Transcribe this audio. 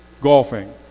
golfing